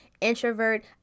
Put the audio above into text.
introvert